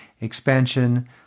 expansion